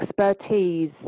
expertise